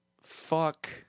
fuck